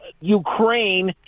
Ukraine